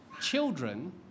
Children